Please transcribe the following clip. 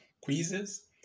quizzes